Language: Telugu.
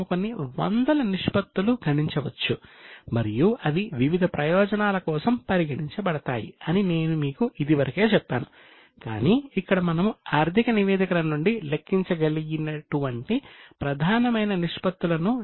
మనము కొన్ని వందల నిష్పత్తులు